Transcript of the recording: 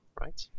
right